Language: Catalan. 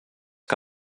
que